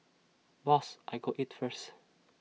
boss I go eat first